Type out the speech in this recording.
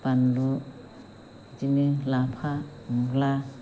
बानलु बिदिनो लाफा मुला